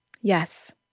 Yes